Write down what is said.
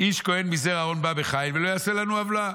"איש כהן מזרע אהרון בא בחיל ולא יעשה לנו עוולה".